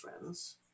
friends